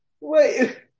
Wait